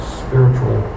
spiritual